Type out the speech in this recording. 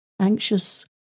anxious